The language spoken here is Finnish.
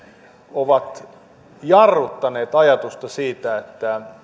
ovat jarruttaneet ajatusta siitä